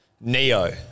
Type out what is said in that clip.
Neo